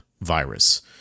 virus